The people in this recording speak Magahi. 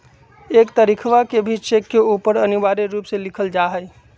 एक तारीखवा के भी चेक के ऊपर अनिवार्य रूप से लिखल जाहई